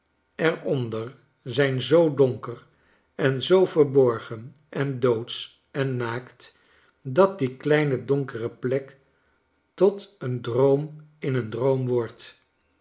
onder zijn zoo donker en zoo verborgen en doodsch en naakt dat die kleine donkere plek tot een droom in een droom wordt